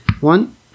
One